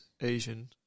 Asian